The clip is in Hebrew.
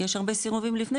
כי יש הרבה סירובים לפני,